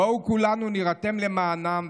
בואו כולנו נירתם למענם,